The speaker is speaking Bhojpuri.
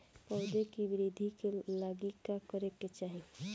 पौधों की वृद्धि के लागी का करे के चाहीं?